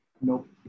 Nope